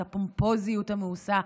את הפומפוזיות המאוסה,